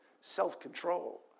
self-control